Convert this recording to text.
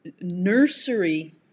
nursery